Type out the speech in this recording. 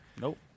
Nope